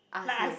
ask him